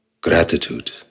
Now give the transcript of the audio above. Gratitude